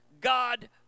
god